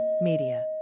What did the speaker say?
Media